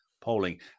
polling